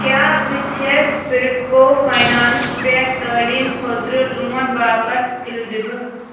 کیٛاہ بہٕ چھَس سِرپکو فاینانٛس پٮ۪ٹھ تعلیٖم خٲطرٕ لون باپتھ الیجبل ؟